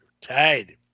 tied